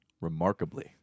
remarkably